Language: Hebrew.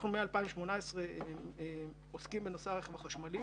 מ-2018 אנחנו עוסקים ברכב החשמלי,